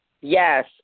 Yes